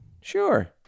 Sure